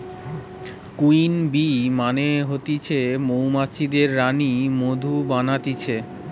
queen bee মানে হতিছে মৌমাছিদের রানী মধু বানাতিছে